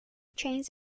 chains